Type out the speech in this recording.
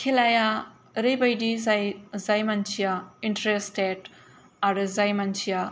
खेलाया ओरैबायदि जाय जाय मानसिआ इन्ट्रेस्टेड आरो जाय मानसिआ